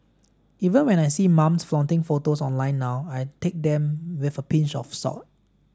even when I see mums flaunting photos online now I take them with a pinch of salt